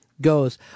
goes